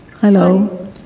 Hello